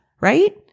right